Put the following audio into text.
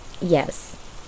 Yes